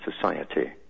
society